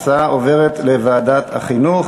ההצעה עוברת לוועדת החינוך.